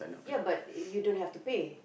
yeah but you don't have to pay